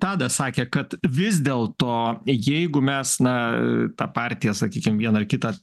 tadas sakė kad vis dėl to jeigu mes na tą partiją sakykim vieną ar kitą